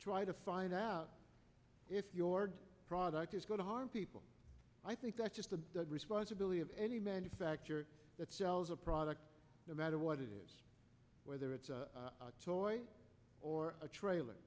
try to find out if your product is going to harm people i think that's just the responsibility of any manufacturer that sells a product no matter what it is whether it's a toy or a trailer